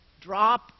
Drop